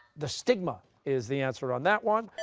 the stigma is the answer on that one.